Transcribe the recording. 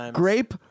grape